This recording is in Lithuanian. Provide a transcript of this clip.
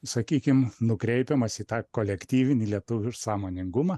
sakykim nukreipiamas į tą kolektyvinį lietuvių sąmoningumą